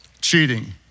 cheating